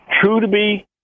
true-to-be